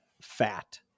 fat